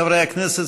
חיים ילין,